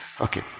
Okay